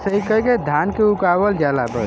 धान के उगावल जाला